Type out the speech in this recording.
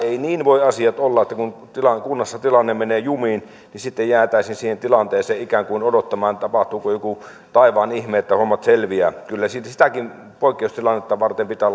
eivät niin asiat voi olla että kun kunnassa tilanne menee jumiin niin sitten jäätäisiin siihen tilanteeseen ikään kuin odottamaan tapahtuuko joku taivaan ihme että hommat selviävät kyllä sitäkin poikkeustilannetta varten pitää